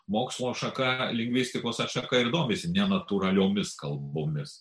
mokslo šaka lingvistikos atšaka ir domisi nenatūraliomis kalbomis